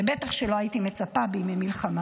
ובטח שלא הייתי מצפה במלחמה.